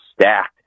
stacked